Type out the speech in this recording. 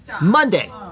Monday